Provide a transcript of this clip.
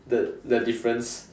the the difference